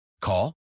Call